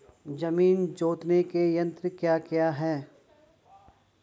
जमीन जोतने के यंत्र क्या क्या हैं?